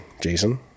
Jason